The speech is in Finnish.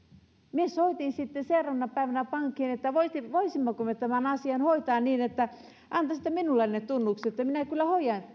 minä soitin sitten seuraavana päivänä pankkiin että voisimmeko me tämän asian hoitaa niin että antaisitte minulle ne tunnukset että minä kyllä hoidan